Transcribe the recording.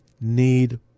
need